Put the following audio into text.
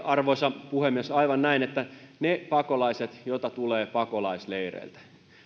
arvoisa puhemies aivan näin ne pakolaiset joita tulee pakolaisleireiltä